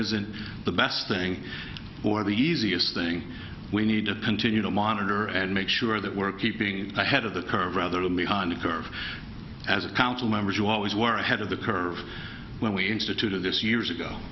isn't the best thing or the easiest thing we need to continue to monitor and make sure that we're keeping ahead of the curve rather than behind the curve as a council member you always were ahead of the curve when we instituted this years ago